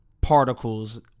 particles